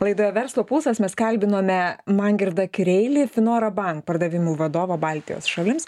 laidoj verslo pulsas mes kalbinome mangirdą kireilį finora banc pardavimų vadovą baltijos šalims